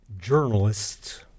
journalists